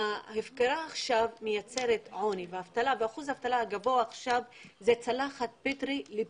האבטלה מייצרת עוני ואחוז האבטלה הגבוה שקיים עכשיו הוא פתח לפשיעה.